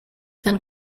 then